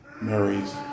Mary's